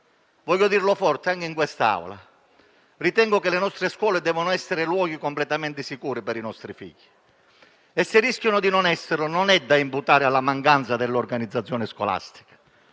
voglio dire forte anche in quest'Aula che ritengo che le nostre scuole devono essere luoghi completamente sicuri per i nostri figli e se rischiano di non esserlo ciò non è da imputare alla mancanza dell'organizzazione scolastica.